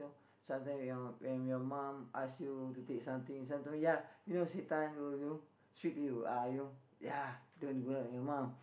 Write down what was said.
sometime when your when your mum ask you to take something sometime ya you know sometime you know strict to you uh you know ya don't your mum